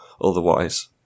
otherwise